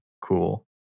cool